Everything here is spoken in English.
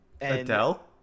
Adele